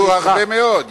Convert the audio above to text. היו הרבה מאוד.